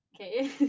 Okay